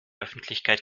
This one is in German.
öffentlichkeit